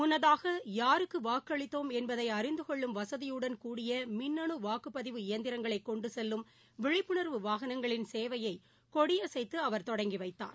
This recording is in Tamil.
முன்னதாக யாருக்கு வாக்களித்தோம் என்பதை அறிந்து கொள்ளும் வசதியுடன் கூடிய மின்னனு வாக்குப்பதிவு இயந்திரங்களை கொண்டு செல்லும் விழிப்புணர்வு வாகனங்களின் சேவையை கொடியசைத்து தொடங்கி வைத்தார்